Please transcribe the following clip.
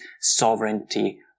sovereignty